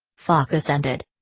fache ascended.